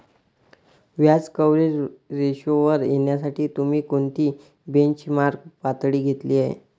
व्याज कव्हरेज रेशोवर येण्यासाठी तुम्ही कोणती बेंचमार्क पातळी घेतली आहे?